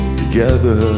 together